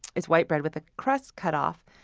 it's white bread with the crusts cut off,